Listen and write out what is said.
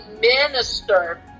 minister